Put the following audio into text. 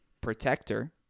Protector